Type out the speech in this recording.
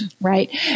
right